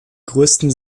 größten